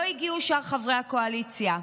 לא הגיעו שאר חברי הקואליציה.